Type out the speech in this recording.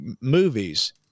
movies